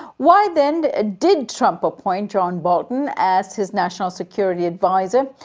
why, then, ah did trump appoint john bolton as his national security adviser?